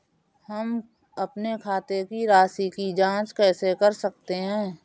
हम अपने खाते की राशि की जाँच कैसे कर सकते हैं?